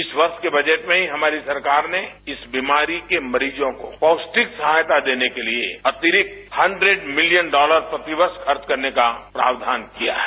इस वर्ष के बजट में ही हमारी सरकार ने इस बीमारी के मरीजों को पौष्टिक सहायता देने के लिए अतिरिक्त हन्ड्रैड मिलियन डॉलर प्रतिवर्ष खर्च करने का प्रावधान किया है